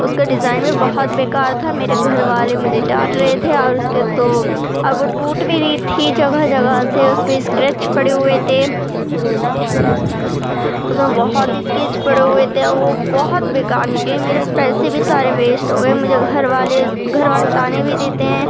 اس کا ڈیزائن میں بہت بیکار تھا میرے گھر والے مجھے ڈانٹ رہے تھے اور اس کے دو اور وہ ٹوٹ بھی رہی تھی جگہ جگہ سے اس پہ اسکریچ پڑے ہوئے تھے اس میں بہت ہی اسکریچ پڑے ہوئے تھے اور وہ بہت بیکار نکلی میرے پیسے بھی سارے ویسٹ ہو گئے مجھے گھر والے گھر والے طعنے بھی دیتے ہیں